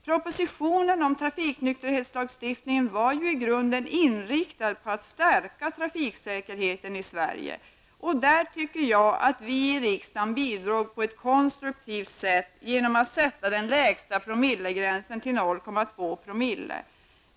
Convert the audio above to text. Propositionen om trafiknykterhetslagstiftningen var ju i grunden inriktad på att stärka trafiksäkerheten i Sverige, och därvidlag tycker jag att vi i riksdagen bidrog konstruktivt genom att sätta den lägsta promillegränsen till 0,2 promille.